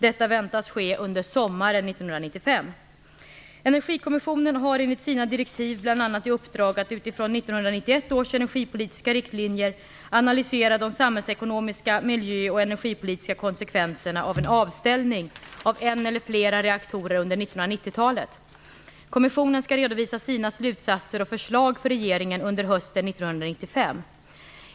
Detta väntas ske under sommaren Energikommissionen har enligt sina direktiv bl.a. i uppdrag att utifrån 1991 års energipolitiska riktlinjer analysera de samhällsekonomiska, miljö och energipolitiska konsekvenserna av en avställning av en eller flera reaktorer under 1990-talet. Kommissionen skall redovisa sina slutsatser och förslag för regeringen under hösten 1995.